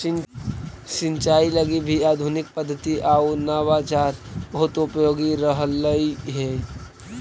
सिंचाई लगी भी आधुनिक पद्धति आउ नवाचार बहुत उपयोगी रहलई हे